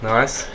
Nice